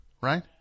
right